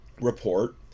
report